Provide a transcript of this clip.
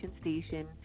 station